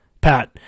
Pat